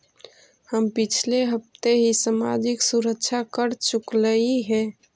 हम पिछले हफ्ते ही सामाजिक सुरक्षा कर चुकइली हे